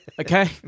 Okay